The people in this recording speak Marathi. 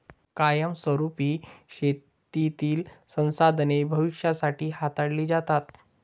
कायमस्वरुपी शेतीतील संसाधने भविष्यासाठी हाताळली जातात